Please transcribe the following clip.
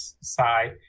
side